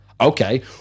okay